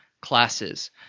classes